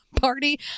party